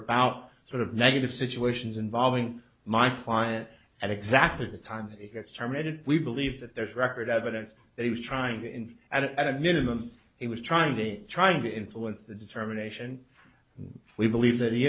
about sort of negative situations involving my client at exactly the time it gets terminated we believe that there's record evidence that he was trying it in at a minimum he was trying to trying to influence the determination we believe that he